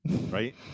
right